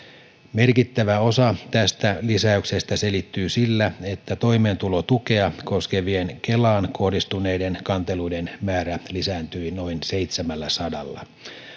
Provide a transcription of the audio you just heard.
merkittävä osa tästä lisäyksestä selittyy sillä että toimeentulotukea koskevien kelaan kohdistuneiden kanteluiden määrä lisääntyi noin seitsemälläsadalla